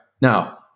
Now